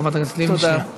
חברת הכנסת לבני, שנייה.